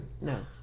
No